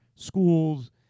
schools